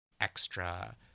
extra